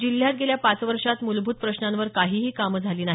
जिल्ह्यात गेल्या पाच वर्षात मुलभूत प्रश्नांवर काहीही काम झालं नाही